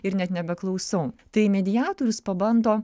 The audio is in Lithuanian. ir net nebeklausau tai mediatorius pabando